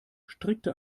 strickte